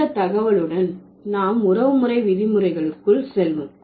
இந்த தகவலுடன் நாம் உறவுமுறை விதிமுறைகளுக்குள் செல்வோம்